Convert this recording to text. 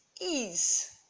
ease